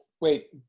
wait